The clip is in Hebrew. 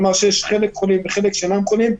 כלומר שיש שם חלק חולים וחלק שאינם חולים,